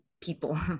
people